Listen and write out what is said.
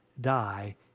die